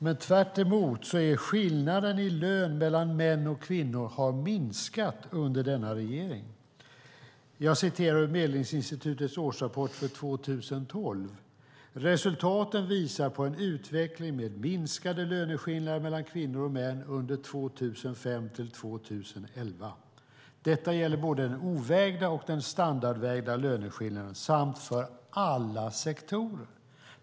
Men skillnaden i lön mellan män och kvinnor har tvärtom minskat under denna regerings tid. Medlingsinstitutet skriver i sin årsrapport för 2012: "Resultaten visar på en utveckling med minskade löneskillnader mellan kvinnor och män under 2005-2011. Detta gäller både den ovägda och den standardvägda löneskillnaden, samt för alla sektorer."